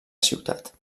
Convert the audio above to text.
ciutat